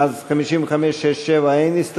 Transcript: אז ל-55, 56, 57 אין הסתייגויות.